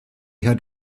had